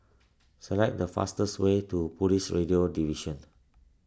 select the fastest way to Police Radio Division